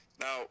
Now